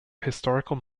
historical